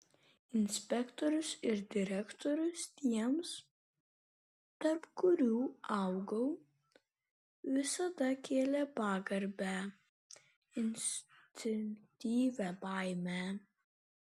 inspektorius ir direktorius tiems tarp kurių augau visada kėlė pagarbią instinktyvią baimę